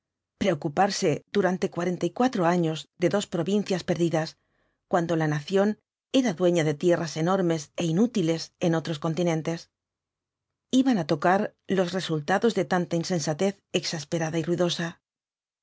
preocuparse durante cuarenta y cuatro años de dos provincias perdidas cuando la nación era dueña de tierras enormes é inútiles en otros continentes iban á tocar los resultados de tanta insensatez exasperada y ruidosa